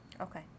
Okay